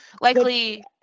likely